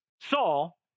Saul